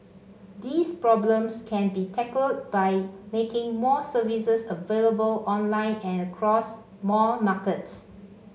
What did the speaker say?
these problems can be tackled by making more services available online and across more markets